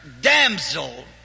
damsel